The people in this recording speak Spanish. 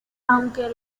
aunque